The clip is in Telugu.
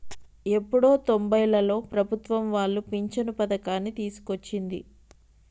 ఎప్పుడో తొంబైలలో ప్రభుత్వం వాళ్లు పించను పథకాన్ని తీసుకొచ్చింది